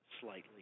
slightly